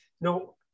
no